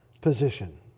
position